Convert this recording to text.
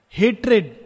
hatred